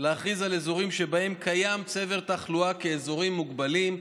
להכריז על אזורים שבהם קיים צבר תחלואה כאזורים מוגבלים,